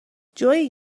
جویی